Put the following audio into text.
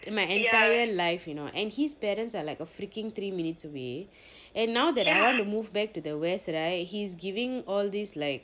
in my entire life you know and his parents are like a freaking three minutes away and now that I want to move back to the west right he's giving all these like